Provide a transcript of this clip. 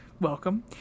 welcome